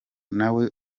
nawe